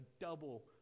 double